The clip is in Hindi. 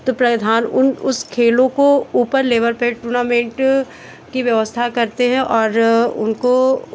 तो प्रधान उन उस खेलों को ऊपर लेबल पे टूर्नामेंट की व्यवस्था करते हैं और उनको